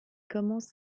commence